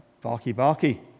barky-barky